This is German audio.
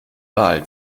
wahl